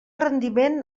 rendiment